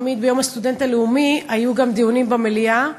תמיד ביום הסטודנט הלאומי היו גם דיונים במליאה,